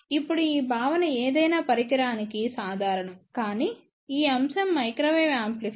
ఇప్పుడు ఈ భావన ఏదైనా పరికరానికి సాధారణం కానీ ఈ అంశం మైక్రోవేవ్ యాంప్లిఫైయర్